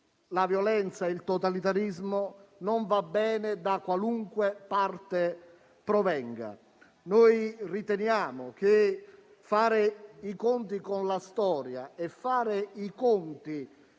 la violenza e il totalitarismo non vanno bene, da qualunque parte provengano. Noi riteniamo che fare i conti con la storia e con